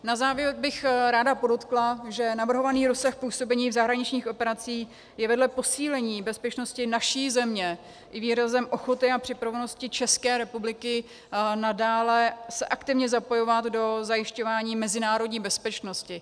Na závěr bych ráda podotkla, že navrhovaný rozsah působení v zahraničních operacích je vedle posílení bezpečnosti naší země i výrazem ochoty a připravenosti České republiky nadále se aktivně zapojovat do zajišťování mezinárodní bezpečnosti.